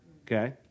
okay